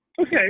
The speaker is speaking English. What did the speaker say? Okay